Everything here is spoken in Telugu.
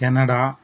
కెనడా